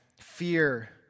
fear